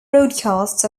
broadcasts